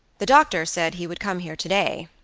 the doctor said he would come here today,